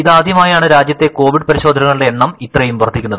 ഇതാദ്യമായാണ് രാജ്യത്തെ കോവിഡ് പരിശോധനകളുടെ എണ്ണം ഇത്രയും വർധിക്കുന്നത്